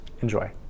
Enjoy